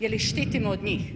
Je li ih štitimo od njih?